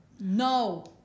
No